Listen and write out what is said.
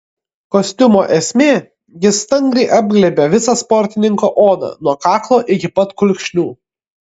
kostiumo esmė jis stangriai apglėbia visą sportininko odą nuo kaklo iki pat kulkšnių